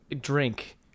drink